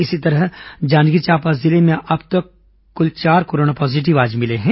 इसी तरह जांजगीर चांपा जिले में आज अब तक कुल चार कोरोना पॉजीटिव मरीज मिले हैं